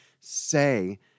say